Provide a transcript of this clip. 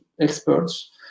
experts